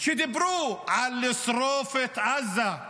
כשדיברו על לשרוף את עזה,